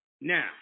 Now